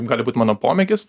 gali būt mano pomėgis